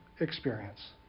experience